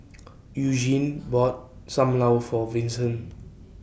Eugenie bought SAM Lau For Vincent